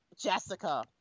Jessica